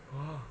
!wah!